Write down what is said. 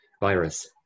virus